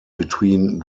between